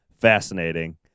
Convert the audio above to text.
fascinating